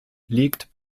liegt